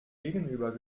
gegenüber